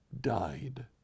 died